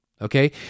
Okay